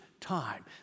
time